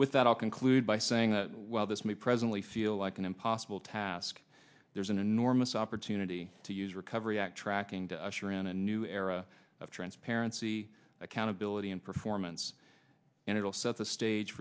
i'll conclude by saying that while this may presently feel like an impossible task there's an enormous opportunity to use recovery act tracking to usher in a new era of transparency accountability and performance and it will set the stage